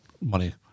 money